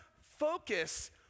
focus